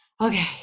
Okay